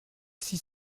six